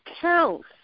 counts